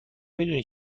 میدونی